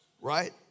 right